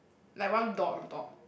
like one dog a dog